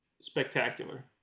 spectacular